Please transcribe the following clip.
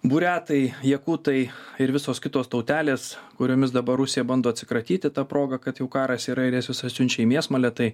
buriatai jakutai ir visos kitos tautelės kuriomis dabar rusija bando atsikratyti ta proga kad jau karas yra ir jas visas siunčia į mėsmalę tai